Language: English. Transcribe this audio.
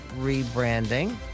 rebranding